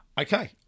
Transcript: Okay